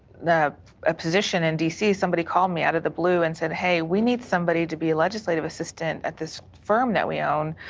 ah position in d c. somebody called me out of the blue and said, hey, we need somebody to be legislative assistant at this firm that we own,